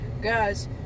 guys